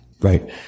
Right